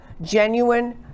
genuine